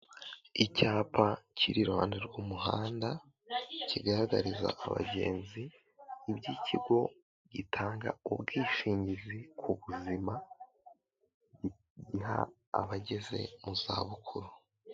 Icyapa kiri iruhande rw'umuhanda, kigaragariza abagenzi iby'ikigo gitanga ubwishingizi ku buzima, giha abageze mu za bukuru.